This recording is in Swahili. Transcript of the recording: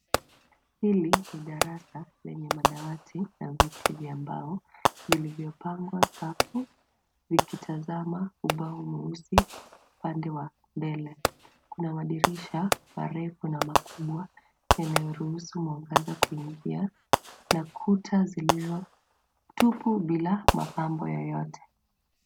Hili ni darasa lenye madawati na viti vya mbao vilivyopangwa safu vikitazama ubao mweusi upande wa mbele. Kuna madirisha marefu na makubwa yanayoruhusu mwangaza kuingia na kuta zilizo tupu bila mapambo yoyote.